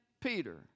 Peter